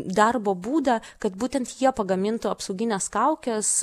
darbo būdą kad būtent jie pagamintų apsaugines kaukes